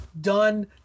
done